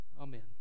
Amen